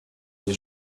les